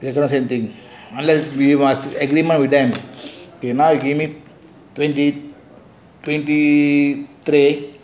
this one same thing unless we must you ah give me twenty twenty three